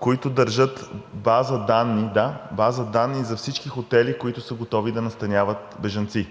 които държат база данни за всички хотели, които са готови да настаняват бежанци.